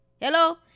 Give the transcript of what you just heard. Hello